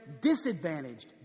disadvantaged